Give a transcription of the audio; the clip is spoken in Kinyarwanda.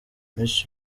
miss